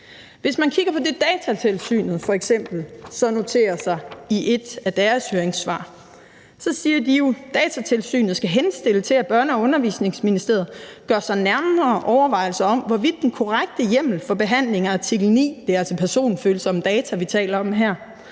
Hvis man kigger på det, som Datatilsynet f.eks. noterer sig i deres høringssvar, så siger de jo: »Datatilsynet skal henstille til, at Børne- og Undervisningsministeriet gør sig nærmere overvejelser om, hvorvidt den korrekte hjemmel for behandling er artikel 9«, og det er altså personfølsomme data, vi taler om her,